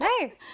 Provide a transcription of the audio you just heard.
Nice